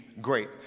great